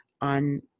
on